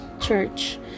church